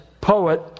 poet